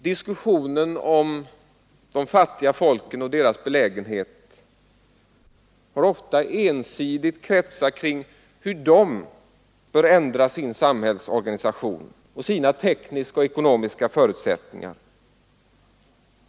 Diskussionen om de fattiga folken och deras belägenhet har ofta ensidigt kretsat kring hur de bör ändra sin samhällsorganisation och sina tekniska och ekonomiska förutsättningar.